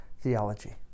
theology